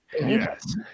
Yes